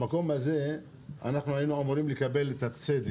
במקום הזה אנחנו היינו אמורים לקבל את הצדק,